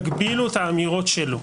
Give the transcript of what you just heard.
יגבילו את האמירות שלו.